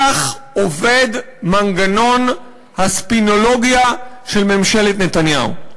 כך עובד מנגנון הספינולוגיה של ממשלת נתניהו.